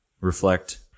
reflect